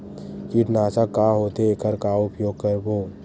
कीटनाशक का होथे एखर का उपयोग करबो?